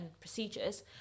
procedures